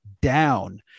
down